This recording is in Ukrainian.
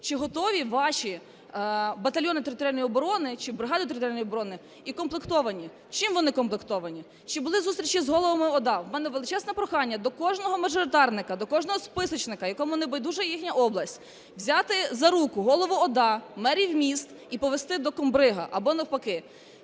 Чи готові ваші батальйони територіальної оборони, чи бригади територіальної оборони укомплектовані? Чим вони комплектовані? Чи були зустрічі з головами ОДА? У мене величезне прохання до кожного мажоритарника, до кожного списочника, якому не байдужа їхня область: взяти за руку голову ОДА, мерів міст і повести до комбрига або навпаки.